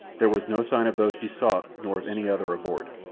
there was no sign of those she sought nor of any other aboard,